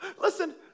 listen